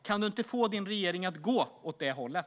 Kan du inte få din regering att gå åt det hållet?